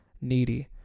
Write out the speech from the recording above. needy